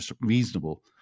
reasonable